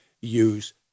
use